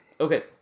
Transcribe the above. Okay